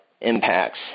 impacts